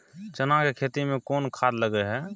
चना के खेती में कोन खाद लगे हैं?